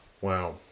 wow